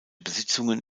besitzungen